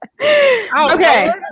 Okay